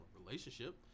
relationship